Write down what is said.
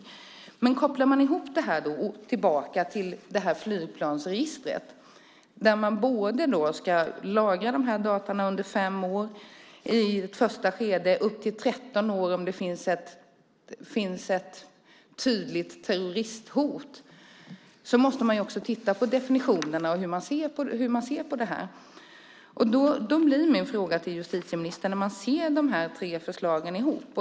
Om man kopplar ihop det här och går tillbaka till flygregistret, där man ska lagra data under fem år i ett första skede och upp till 13 år om det finns ett tydligt terroristhot, så måste man också titta på definitionerna och hur man ser på det hela. Man kan se på de tre förslagen ihop.